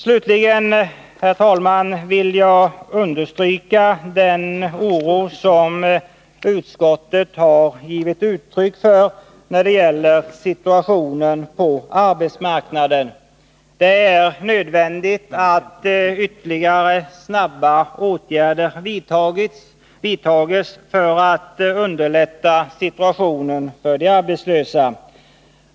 Slutligen, herr talman, vill jag understryka den oro som utskottet har givit uttryck för när det gäller situationen på arbetsmarknaden. Det är nödvändigt att ytterligare snabba åtgärder vidtas för att underlätta situationen för de arbetslösa.